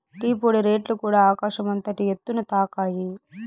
tea పొడి రేట్లుకూడ ఆకాశం అంతటి ఎత్తుని తాకాయి